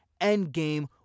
endgame